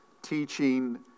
teaching